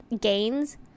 gains